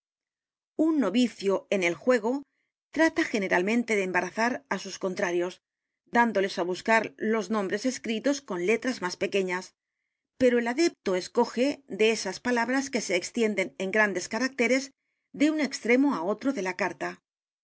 un novicio en el juego trata generalmente de embarazar á sus cont r a r i o s dándoles á buscar los nombres escritos con la carta robada letras más pequeñas pero el adepto escoge de esas palabras que se extienden en grandes caracteres de un extremo á otro de la carta